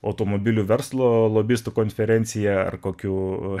automobilių verslo lobistų konferencija ar kokių